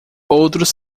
outros